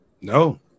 No